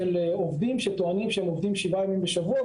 של עובדים שטוענים שהם עובדים שבעה ימים בשבוע,